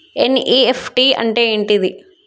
NEFT అంటే ఏంటిది?